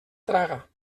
traga